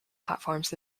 platforms